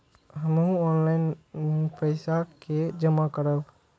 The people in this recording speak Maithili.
हमू ऑनलाईनपेसा के जमा करब?